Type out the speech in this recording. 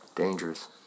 Dangerous